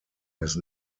his